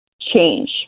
change